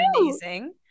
amazing